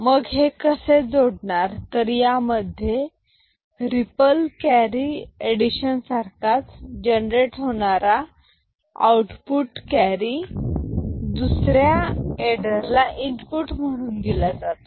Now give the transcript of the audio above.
मग हे कसे जोडणार तर यामध्ये रिपल कॅरी एडिशन सारखाच जनरेट होणारा आउटपुट कॅरी दुसऱ्या एडरला इनपुट म्हणून दिला जातो